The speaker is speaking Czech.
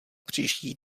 příští